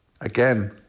Again